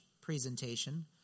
presentation